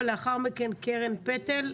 ולאחר מכן קרן פטל,